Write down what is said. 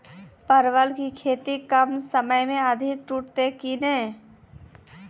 परवल की खेती कम समय मे अधिक टूटते की ने?